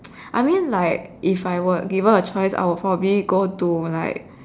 I mean like if I were given the choice I would probably go to like